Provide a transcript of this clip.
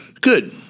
Good